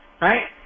right